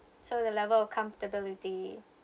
so the level of comfortability